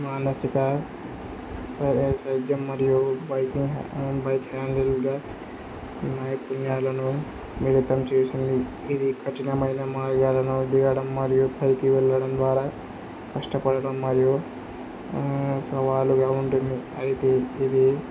మానసిక స సైద్యం మరియు బైకింగ్ బైక్ హ్యాండిల్గా నైపుణ్యాలను మిలితం చేసింది ఇది కఠినమైన మార్గాలను దిగడం మరియు పైకి వెళ్ళడం ద్వారా కష్టపడడం మరియు సవాలుగా ఉంటుంది అయితే ఇది